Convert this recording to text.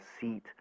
Seat